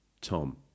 Tom